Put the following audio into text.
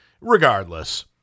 regardless